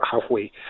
halfway